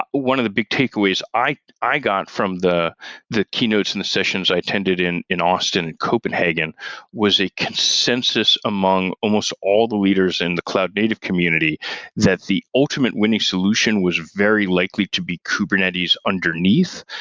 one of the big takeaways i i got from the the keynotes in and the sessions i attended in in austin in copenhagen was a consensus among almost all the leaders in the cloud native community that the ultimate winning solution was very likely to be kubernetes underneath,